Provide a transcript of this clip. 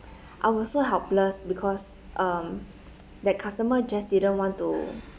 I was so helpless because um that customer just didn't want to